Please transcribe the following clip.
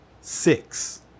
six